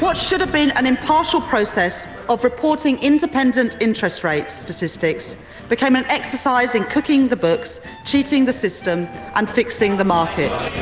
but should have been an impartial process of reporting independent interest rate statistics became an exercise in cooking the books, cheating the system and fixing the market.